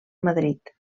madrid